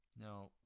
Now